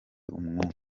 umwuka